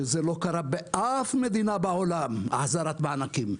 שזה לא קרה באף מדינה בעולם החזרת מענקים.